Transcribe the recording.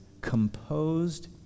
composed